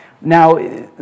Now